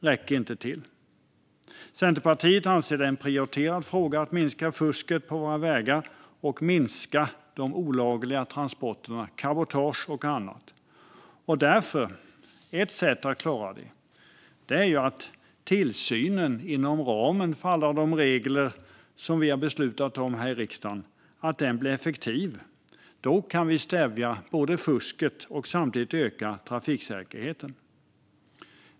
För Centerpartiet är det en prioriterad fråga att minska fusket på våra vägar och minska de olagliga transporterna i form av cabotage och annat. Ett sätt att klara det är att se till att tillsynen blir effektiv inom ramen för alla de regler som vi har beslutat om här i riksdagen. Då kan vi stävja fusket och samtidigt öka trafiksäkerheten.